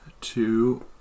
two